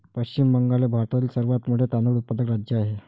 पश्चिम बंगाल हे भारतातील सर्वात मोठे तांदूळ उत्पादक राज्य आहे